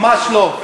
ממש לא.